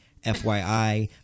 fyi